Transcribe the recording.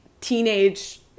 teenage